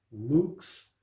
Luke's